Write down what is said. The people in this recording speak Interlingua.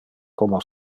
como